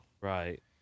Right